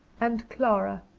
and clara,